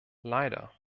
leider